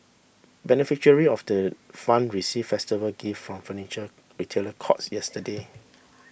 beneficiary of the fund received festive gift from Furniture Retailer Courts yesterday